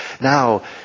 Now